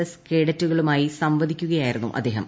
S കേഡറ്റുകളുമായി സംവദിക്കുകയായിരുന്നു അദ്ദേഹം